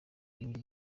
irinde